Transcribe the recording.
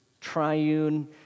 triune